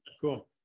Cool